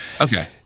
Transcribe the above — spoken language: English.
Okay